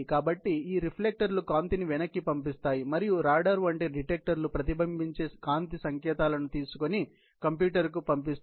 కాబట్టి ఈ రిఫ్లెక్టర్లు కాంతిని వెనక్కి పంపిస్తాయి మరియు రాడార్ వంటి డిటెక్టర్లు ప్రతిబింబించే కాంతి సంకేతాలను తీసుకొని కంప్యూటర్కు పంపిస్తాయి